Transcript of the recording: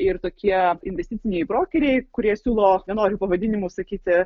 ir tokie investiciniai brokeriai kurie siūlo nenoriu pavadinimo sakyti